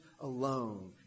alone